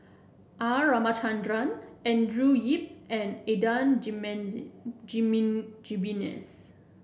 R Ramachandran Andrew Yip and Adan Jimenez